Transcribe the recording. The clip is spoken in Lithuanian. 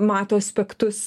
mato aspektus